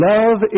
Love